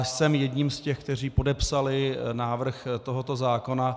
Jsem jedním z těch, kteří podepsali návrh tohoto zákona.